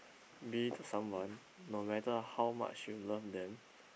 be to someone no matter how much you love them